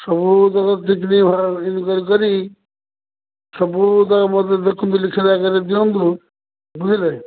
ସବୁତକ କରି ସବୁତକ ମୋତେ ଦେଖନ୍ତୁ ଲିଖିତ ଆକାରେ ଦିଅନ୍ତୁ ବୁଝିଲେ